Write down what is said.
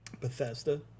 bethesda